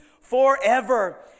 forever